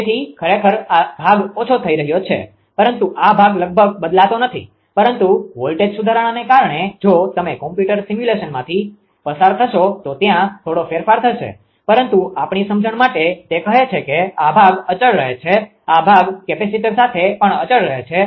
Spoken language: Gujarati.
તેથી ખરેખર આ ભાગ ઓછો થઈ રહ્યો છે પરંતુ આ ભાગ લગભગ બદલાતો નથી પરંતુ વોલ્ટેજ સુધારણાને કારણે જો તમે કમ્પ્યુટર સિમ્યુલેશનમાંથી પસાર થશો તો ત્યાં થોડો ફેરફાર થશે પરંતુ આપણી સમજણ માટે તે કહે છે કે આ ભાગ અચળ રહે છે આ ભાગ કેપેસિટર સાથે પણ અચળ રહે છે